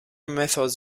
methods